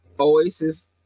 Oasis